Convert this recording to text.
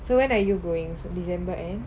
so when are you going for december end